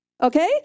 Okay